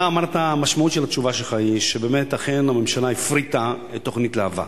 המשמעות של התשובה שלך היא שבאמת אכן הממשלה הפריטה את תוכנית להב"ה.